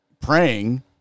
praying